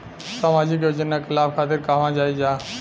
सामाजिक योजना के लाभ खातिर कहवा जाई जा?